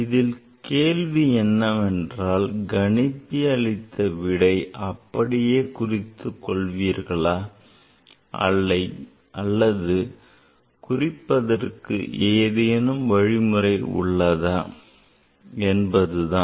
இதில் கேள்வி என்னவென்றால் கணிப்பி அளித்த விடையை அப்படியே குறித்து கொள்வீர்களா அல்லது அதை குறிப்பதற்கு ஏதேனும் வழிமுறை உள்ளதா என்பதுதான்